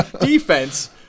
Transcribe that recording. defense